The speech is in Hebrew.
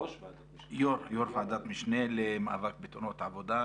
יו"ר ועדת משנה למאבק בתאונות עבודה,